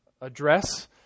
address